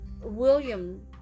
William